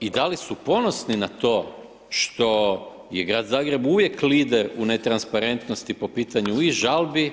I da li su ponosni na to što je grad Zagreb uvijek lider u netransparentnosti po pitanju i žalbi